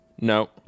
No